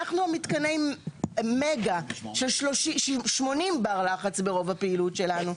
אנחנו מתקני מגה של 80 בר לחץ ברוב הפעילות שלנו.